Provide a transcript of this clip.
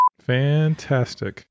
fantastic